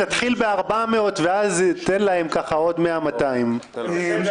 תתחיל ב-400 ואז תן להם ככה עוד 200-100. תן לו לסיים.